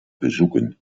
bezoeken